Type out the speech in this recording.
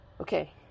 okay